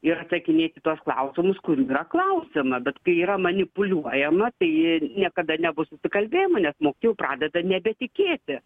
ir atsakinėt į tuos klausimus kurių yra klausiama bet kai yra manipuliuojama tai niekada nebus susikalbėjimo nes mokytojai jau pradeda nebetikėti